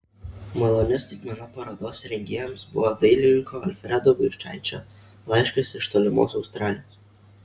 maloni staigmena parodos rengėjams buvo dailininko alfredo vaičaičio laiškas iš tolimos australijos